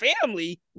family